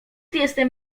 jestem